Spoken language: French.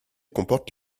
comporte